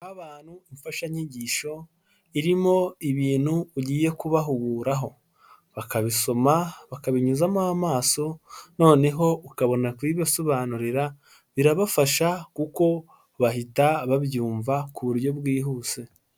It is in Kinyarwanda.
Guha abantu imfashanyigisho irimo ibintu ugiye kubahuguraho bakabisoma bakabinyuzamo amaso noneho ukabona kubibasobanurira birabafasha kuko bahita babyumva ku buryo bwihuse.